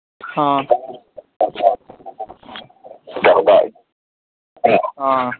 ꯑꯥ ꯑꯥ